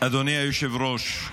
אדוני היושב-ראש,